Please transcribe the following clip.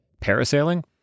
Parasailing